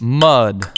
mud